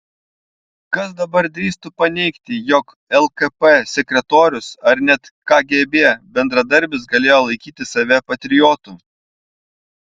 kas dabar drįstų paneigti jog lkp sekretorius ar net kgb bendradarbis galėjo laikyti save patriotu